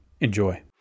Enjoy